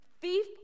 Thief